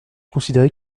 considérer